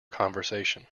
conversation